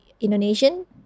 Indonesian